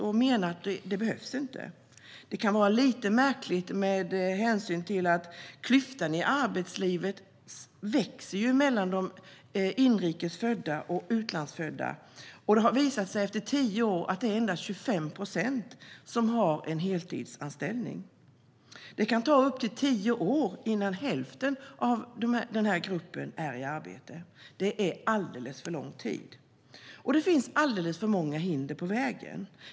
De menar att det inte behövs. Det kan verka lite märkligt med tanke på att klyftan i arbetslivet växer mellan de inrikes födda och utlandsfödda. Det har visat sig att endast 25 procent av utlandsfödda har en heltidsanställning efter tio år. Det kan ta upp till tio år innan hälften av den här gruppen är i arbete, vilket är alldeles för lång tid. Det finns alldeles för många hinder på vägen.